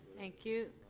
thank you.